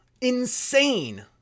Insane